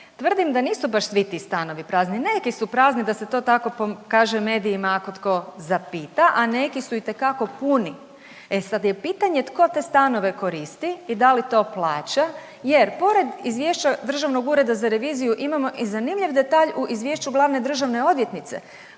tvrdim da nisu baš svi ti stanovi prazni. Neki su prazni da se to tako pokaže medijima ako tko zapita, a neki su itekako puni. E sad je pitanje tko te stanove koristi i da li to plaća, jer pored izvješće Državnog ureda za reviziju imamo i zanimljiv detalj u izvješću glavne državne odvjetnice